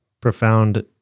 profound